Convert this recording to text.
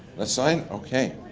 the sign, okay.